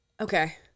okay